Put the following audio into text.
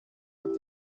und